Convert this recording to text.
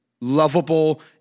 lovable